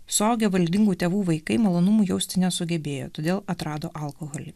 suaugę valdingų tėvų vaikai malonumų jausti nesugebėjo todėl atrado alkoholį